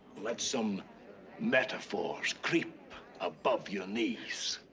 let some metaphors. creep above your knees.